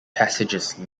passages